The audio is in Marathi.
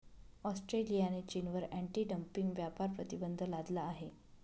ऑस्ट्रेलियाने चीनवर अँटी डंपिंग व्यापार प्रतिबंध लादला आहे